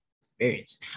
Experience